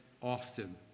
often